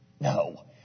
No